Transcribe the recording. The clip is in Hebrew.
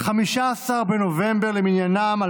15 בנובמבר 2021 למניינם,